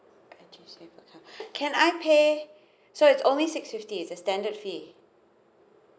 I G save account can I pay so its only six fifty is the standard fee